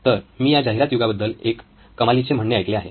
तर मी या जाहिरात युगाबद्दल एक कमालीचे म्हणणे ऐकले आहे